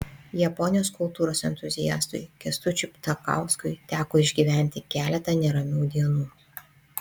japonijos kultūros entuziastui kęstučiui ptakauskui teko išgyventi keletą neramių dienų